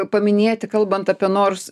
paminėti kalbant apie norus